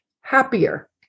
happier